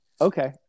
Okay